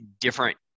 different